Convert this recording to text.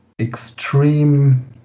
extreme